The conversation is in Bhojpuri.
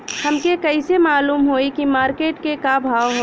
हमके कइसे मालूम होई की मार्केट के का भाव ह?